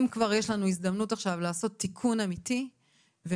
אם כבר יש לנו עכשיו הזדמנות לעשות תיקון אמיתי ומסודר,